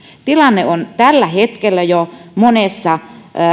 tilanne on tällä hetkellä jo monessa